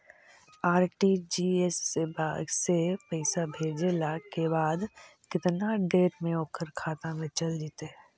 RTGS से पैसा भेजला के बाद केतना देर मे ओकर खाता मे चल जितै?